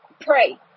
pray